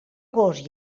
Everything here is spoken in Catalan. gos